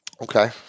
Okay